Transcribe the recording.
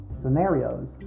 scenarios